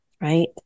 right